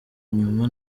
inyuma